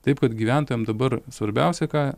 taip kad gyventojam dabar svarbiausia ką